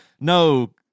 No